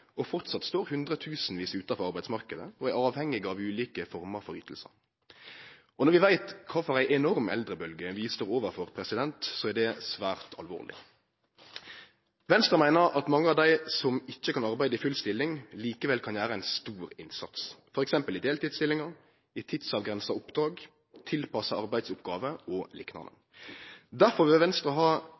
og framleis står hundretusenvis utanfor arbeidsmarknaden og er avhengig av ulike former for ytingar. Når vi veit kva for ei enorm eldrebølge vi står overfor, er det svært alvorleg. Venstre meiner at mange av dei som ikkje kan arbeide i full stilling, likevel kan gjere ein stor innsats, f.eks. i deltidsstillingar, i tidsavgrensa oppdrag tilpassa arbeidsoppgåve o.l. Derfor vil Venstre ha